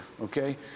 okay